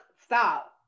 stop